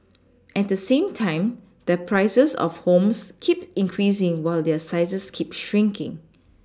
at the same time the prices of homes keep increasing while their sizes keep shrinking